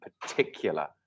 particular